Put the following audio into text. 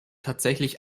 tatsächlich